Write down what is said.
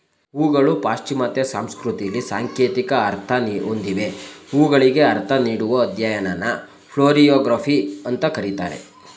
ಹೂಗಳು ಪಾಶ್ಚಿಮಾತ್ಯ ಸಂಸ್ಕೃತಿಲಿ ಸಾಂಕೇತಿಕ ಅರ್ಥ ಹೊಂದಿವೆ ಹೂಗಳಿಗೆ ಅರ್ಥ ನೀಡುವ ಅಧ್ಯಯನನ ಫ್ಲೋರಿಯೊಗ್ರಫಿ ಅಂತ ಕರೀತಾರೆ